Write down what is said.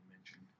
mentioned